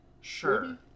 Sure